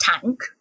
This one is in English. tank